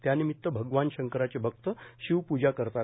यानिमित्त भगवान शंकराचे भक्त शिवपूजा करतात